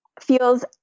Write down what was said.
feels